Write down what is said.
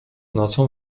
nocą